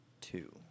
Two